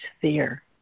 fear